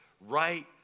right